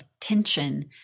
tension